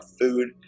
food